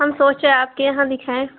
ہم سوچے آپ کے یہاں دکھائیں